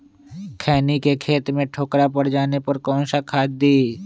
खैनी के खेत में ठोकरा पर जाने पर कौन सा खाद दी?